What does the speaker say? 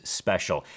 special